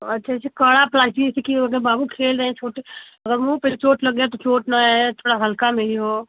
अच्छा जी कडा प्लास्टिक बाबू खेल रहे छोटे अब वह पेल चोट लग गया चोट ना आये थोड़ा हल्का में ही हो